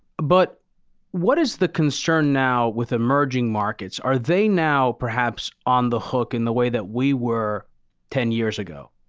but what is the concern now with emerging markets? are they now perhaps on the hook in the way that we were ten years ago?